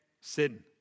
sin